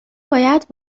باید